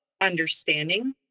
understanding